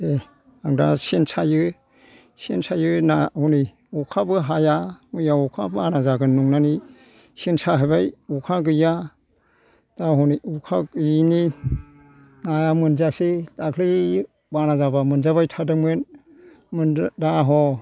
दे आं दा सेन सायो सेन सायो ना हनै अखाबो हाया मैया अखा बाना जागोन नंनानै सेन साहैबाय अखा गैया दा हनै अखा गैयैनि नाया मोनजायासै दाख्लै बाना जाबा मोनजाबाय थादोंमोन मोन दा ह